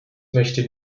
möchte